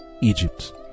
egypt